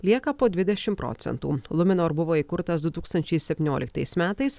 lieka po dvidešim procentų luminor buvo įkurtas du tūkstančiai septynioliktais metais